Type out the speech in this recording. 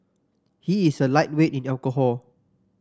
he is a lightweight in alcohol